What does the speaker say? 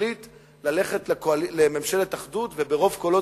תחליט ללכת לממשלת אחדות, וזה יוחלט ברוב קולות,